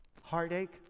Heartache